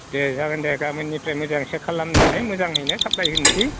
दे जागोन दे गाबोननिफ्राय मोजां सेक खालामनानै मोजाङैनो साप्लाय होनोसै